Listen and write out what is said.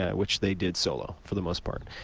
which they did solo for the most part,